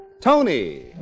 Tony